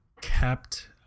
kept